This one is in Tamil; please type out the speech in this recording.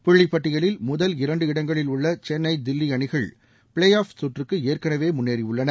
புள்ளி பட்டியலில் முதல் இரண்டு இடங்களில் உள்ள சென்னை தில்வி அணிகள் பிளே ஆஃப் சுற்றுக்கு ஏற்கெனவே முன்னேறியுள்ளன